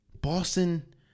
Boston